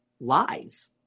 lies